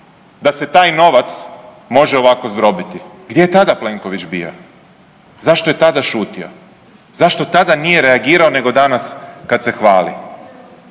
da se taj novac može ovako zdrobiti, gdje je tada Plenković bio, zašto je tada šutio, zašto tada nije reagirao nego danas kad se hvali.